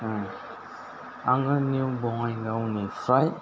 आङो निउ बङाइगावनिफ्राय